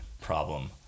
problem